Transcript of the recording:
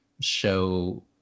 show